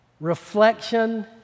reflection